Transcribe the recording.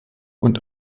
und